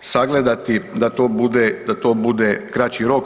sagledati da to bude, da to bude kraći rok.